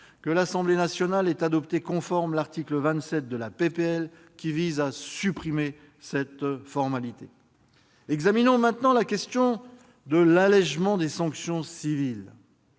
que l'Assemblée nationale ait adopté conforme l'article 27 de la proposition de loi, qui vise à supprimer cette formalité. Examinons maintenant la question de l'allégement des sanctions civiles.